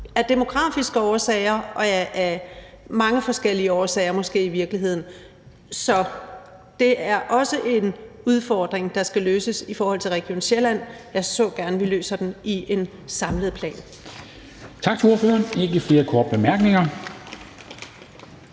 af demografiske årsager og i virkeligheden måske af mange forskellige årsager. Så det er også en udfordring, der skal løses i forhold til Region Sjælland. Jeg så gerne, at vi løser den i en samlet plan.